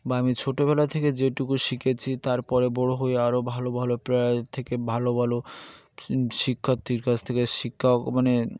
বা আমি ছোটোবেলা থেকে যেটুকু শিখেছি তারপরে বড়ো হয়ে আরও ভালো ভালো প্রার থেকে ভালো ভালো শিক্ষার্থীর কাছ থেকে শিক্ষা মানে